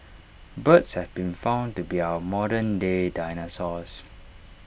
birds have been found to be our modern day dinosaurs